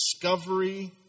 discovery